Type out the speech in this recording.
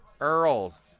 Earls